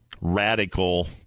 radical